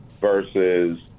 versus